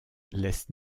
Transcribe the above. laisse